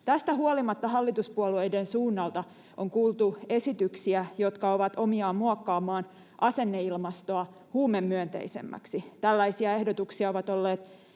Tästä huolimatta hallituspuolueiden suunnalta on kuultu esityksiä, jotka ovat omiaan muokkaamaan asenneilmastoa huumemyönteisemmäksi. Tällaisia ehdotuksia ovat olleet